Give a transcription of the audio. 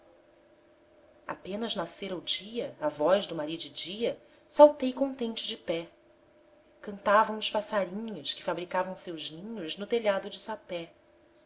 apenas nascera o dia à voz do maridedia saltei contente de pé cantavam os passarinhos que fabricavam seus ninhos no telhado de sapé